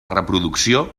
reproducció